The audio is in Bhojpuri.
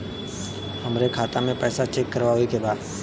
हमरे खाता मे पैसा चेक करवावे के बा?